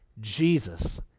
Jesus